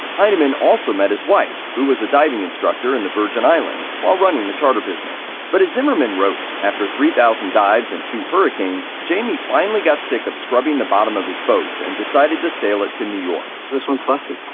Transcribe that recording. hyneman also met his wife, who was a diving instructor in the virgin islands, while running the charter business. but, as zimmerman wrote, after three thousand dives and two hurricanes, jamie finally got sick of scrubbing the bottom of his boat and decided to sail it to new york. so this one's busted.